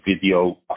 video